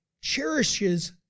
cherishes